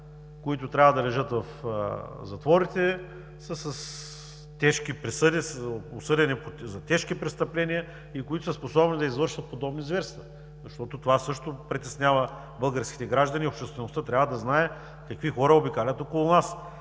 които трябва да лежат в затворите, са с тежки присъди, осъдени са за тежки престъпления, които са способни да извършват подобни зверства, защото това също притеснява българските граждани. Обществеността трябва да знае какви хора обикалят около нас.